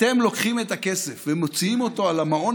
אתם לוקחים את הכסף ומוציאים אותו על המעון